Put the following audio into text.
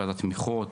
ועדת תמיכות,